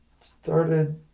started